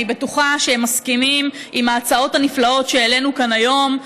אני בטוחה שהם מסכימים להצעות הנפלאות שהעלינו כאן היום,